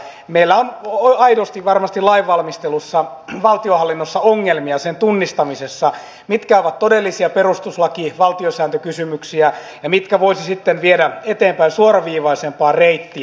meillä on aidosti varmasti lainvalmistelussa valtionhallinnossa ongelmia sen tunnistamisessa mitkä ovat todellisia perustuslaki valtiosääntökysymyksiä ja mitkä voisi sitten viedä eteenpäin suoraviivaisempaa reittiä